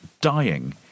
dying